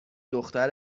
دختر